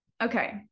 Okay